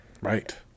Right